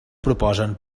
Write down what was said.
proposen